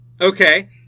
Okay